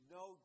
no